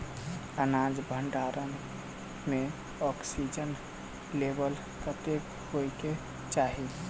अनाज भण्डारण म ऑक्सीजन लेवल कतेक होइ कऽ चाहि?